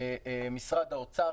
משרד האוצר